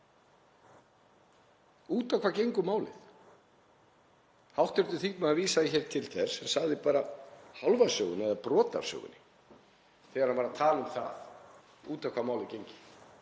Út á hvað gengur málið? Hv. þingmaður vísaði hér til þess en sagði bara hálfa söguna eða brot af sögunni þegar hann var að tala um það út á hvað málið gengi.